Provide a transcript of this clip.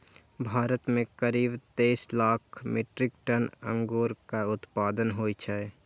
भारत मे करीब तेइस लाख मीट्रिक टन अंगूरक उत्पादन होइ छै